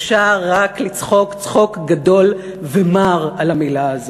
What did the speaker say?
אפשר רק לצחוק צחוק גדול ומר על המילה הזאת.